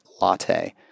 latte